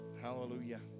Hallelujah